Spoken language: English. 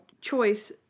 choice